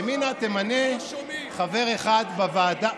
ימינה תמנה חבר אחד בוועדה.